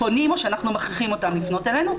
פונים או שאנחנו מכריחים אותם לפנות אלינו.